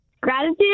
gratitude